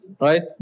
right